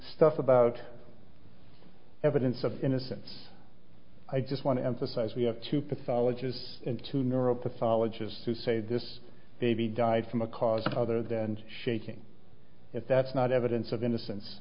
stuff about evidence of innocence i just want to emphasize we have two pathologists into neuro pathologists who say this baby died from a cause other than shaking it that's not evidence of innocence